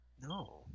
no